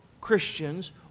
christians